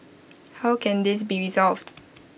how can this be resolved